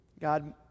God